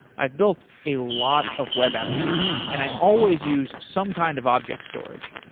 i've built a lot of web applications and i always use some kind of object storage.